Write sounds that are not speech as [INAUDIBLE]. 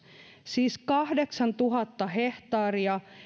siis kahdeksantuhatta hehtaaria [UNINTELLIGIBLE]